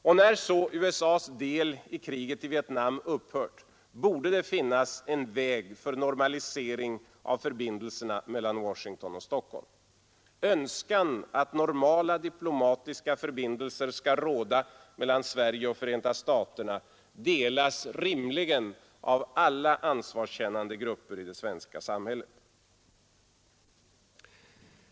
Och när så USA :s del i kriget upphört borde det finnas en väg för normalisering av förbindelserna mellan Washington och Stockholm. Önskan att normala diplomatiska förbindelser skall råda mellan Sverige och Förenta staterna delas rimligen av alla ansvarskännande grupper i det svenska samhället.